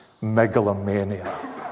megalomania